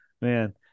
Man